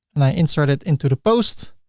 and i insert it into the post.